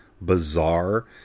bizarre